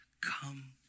come